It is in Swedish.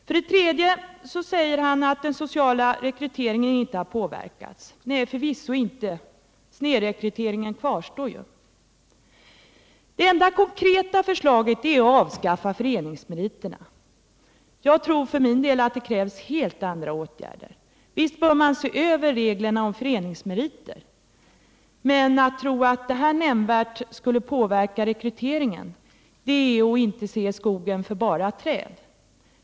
För det tredje säger han att den sociala rekryteringen inte har påverkats. Nej, förvisso inte. Snedrekryteringen kvarstår ju. Det enda konkreta förslaget är att avskaffa föreningsmeriterna. Jag tror för min del att det krävs helt andra åtgärder. Visst bör man se över reglerna om föreningsmeriter, men att tro att det nämnvärt skulle påverka rekryteringen är att inte se skogen för bara träd.